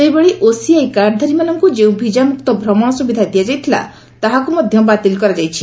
ସେହିଭଳି ଓସିଆଇ କାର୍ଡଧାରୀମାନଙ୍କୁ ଯେଉଁ ଭିସା ମୁକ୍ତ ଭ୍ରମଣ ସୁବିଧା ଦିଆଯାଇଥିଲା ତାହାକୁ ମଧ୍ୟ ବାତିଲ କରାଯାଇଛି